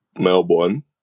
Melbourne